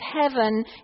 heaven